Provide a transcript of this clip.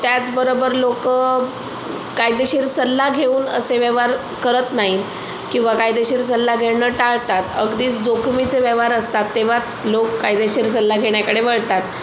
त्याचबरोबर लोक कायदेशीर सल्ला घेऊन असे व्यवहार करत नाहीत किंवा कायदेशीर सल्ला घेणं टाळतात अगदीच जोखमीचे व्यवहार असतात तेव्हाच लोक कायदेशीर सल्ला घेण्याकडे वळतात